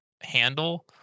handle